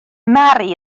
mari